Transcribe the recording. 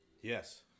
Yes